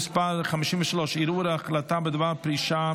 המקומיות (מימון בחירות) (הוראת שעה),